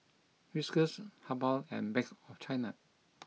Whiskas Habhal and Bank of China